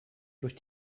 durch